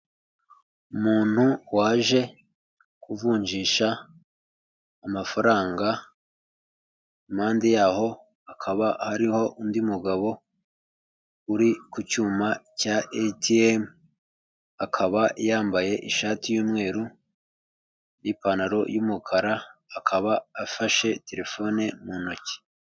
Umuntu waje kuvunjisha amafaranga, impande yaho hakaba hariho undi mugabo uri ku cyuma cya ATM, akaba yambaye ishati y'umweru n'ipantaro y'umukara, akaba afashe telefone mu ntoki.